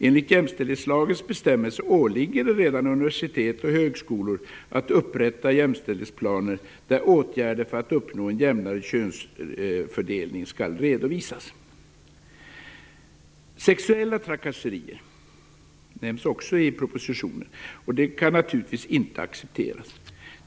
Enligt jämställdhetslagens bestämmelser åligger det redan universitet och högskolor att upprätta jämställdhetsplaner, där åtgärder för att uppnå en jämnare könsfördelning skall redovisas. Sexuella trakasserier, som också nämns i propositionen, kan naturligtvis inte accepteras.